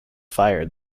fired